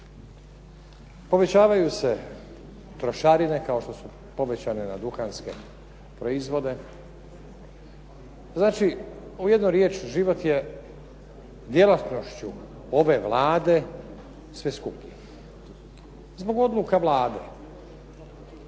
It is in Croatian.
Povećavaju se trošarine kao što su povećane na duhanske proizvode. Znači, jednom riječju život je djelatnošću ove Vlade sve skuplji zbog odluka Vlade.